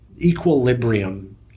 equilibrium